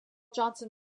johnson